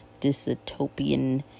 dystopian